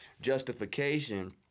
justification